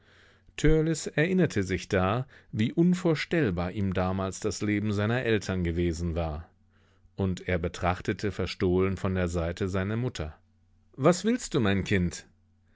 erinnerte sich da wie unvorstellbar ihm damals das leben seiner eltern gewesen war und er betrachtete verstohlen von der seite seine mutter was willst du mein kind